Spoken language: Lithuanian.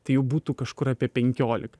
tai jų būtų kažkur apie penkiolika